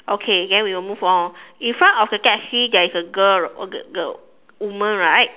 okay then we will move on in front of the taxi there is a girl right girl girl woman right